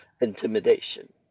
intimidation